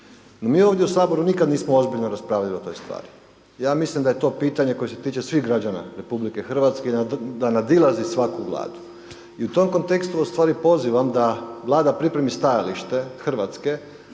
Mi ovdje u Saboru nismo nikad ozbiljno raspravljali o toj stvari. Ja mislim da je to pitanje koje se tiče svih građana Republike Hrvatske i da nadilazi svaku Vladu. I u tom kontekstu u stvari pozivam da Vlada pripremi stajalište Hrvatske